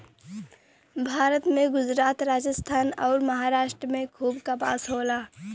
भारत में गुजरात, राजस्थान अउर, महाराष्ट्र में खूब कपास होला